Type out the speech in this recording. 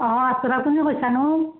অঁ কোনে কৈছানো